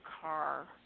car